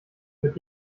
mit